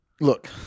Look